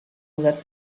that